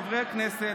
חברי הכנסת,